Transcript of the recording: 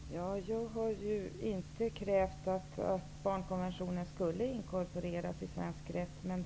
Herr talman! Jag har inte krävt att barnkonventionen skall inkorporeras i svensk rätt.